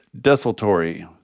desultory